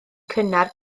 cynnar